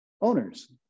owners